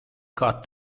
cut